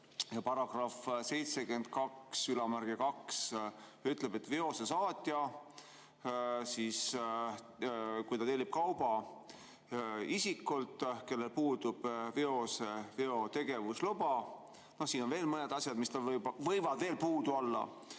Paragrahv 722ütleb, et veose saatjat, kui ta tellib kauba isikult, kellel puudub veoseveo tegevusluba – siin on veel mõned asjad, mis võivad puudu olla